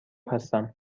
هستم